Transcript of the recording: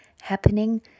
happening